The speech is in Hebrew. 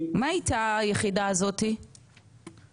מה איתה היחידה הזו, נסגרה?